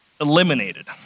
eliminated